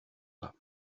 bas